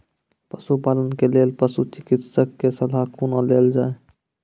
पशुपालन के लेल पशुचिकित्शक कऽ सलाह कुना लेल जाय?